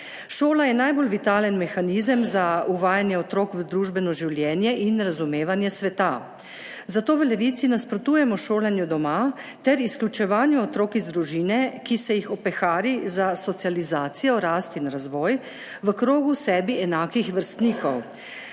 Šola je najbolj vitalen mehanizem za uvajanje otrok v družbeno življenje in razumevanje sveta, zato v Levici nasprotujemo šolanju doma ter izključevanju otrok iz družine, ki se jih opehari za socializacijo, rast in razvoj v krogu sebi enakih vrstnikov,